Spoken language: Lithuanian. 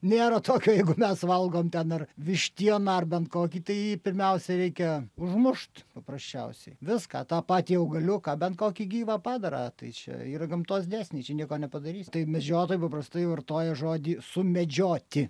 nėra tokio jeigu mes valgom ten ar vištieną ar bent kokį tai pirmiausia reikia užmušt paprasčiausiai viską tą patį augaliuką bent kokį gyvą padarą tai čia yra gamtos dėsniai čia nieko nepadarys tai medžiotojai paprastai vartoja žodį sumedžioti